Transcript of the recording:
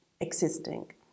existing